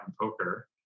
poker